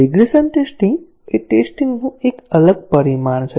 regression testing એ testing નું એક અલગ પરિમાણ છે